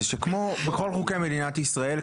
זה שכמו בכל חוקי מדינת ישראל,